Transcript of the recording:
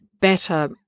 better